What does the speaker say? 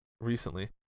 recently